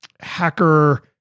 hacker